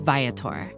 Viator